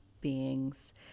beings